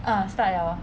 ah start liao